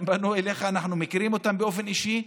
הם גם פנו אליך, אנחנו מכירים אותם באופן אישי.